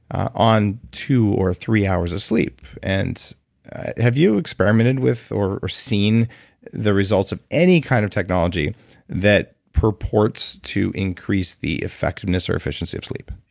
on two or three hours of sleep and have you experimented with or or seen the results of any kind of technology that purports to increase the effectiveness or efficiency of sleep?